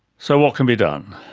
so what can be done?